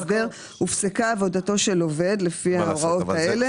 הופסקה עבודתו של עובד לפי ההוראות האלה,